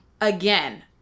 Again